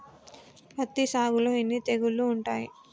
పత్తి సాగులో ఎన్ని తెగుళ్లు ఉంటాయి?